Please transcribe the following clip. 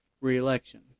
re-election